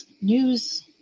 news